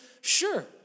Sure